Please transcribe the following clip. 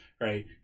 right